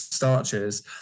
starches